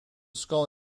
skull